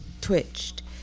twitched